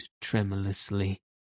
tremulously